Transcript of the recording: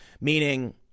meaning